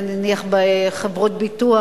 נניח בחברות ביטוח,